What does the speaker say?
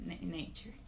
nature